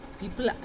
People